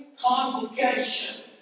convocation